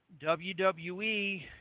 WWE